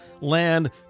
Land